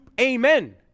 amen